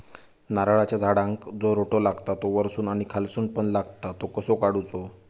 नारळाच्या झाडांका जो रोटो लागता तो वर्सून आणि खालसून पण लागता तो कसो काडूचो?